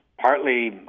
partly